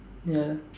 ya